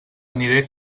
aniré